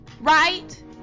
right